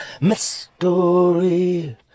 mystery